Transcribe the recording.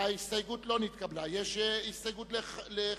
אין נמנעים.